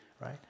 right